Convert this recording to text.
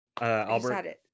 Albert